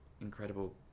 incredible